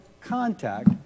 contact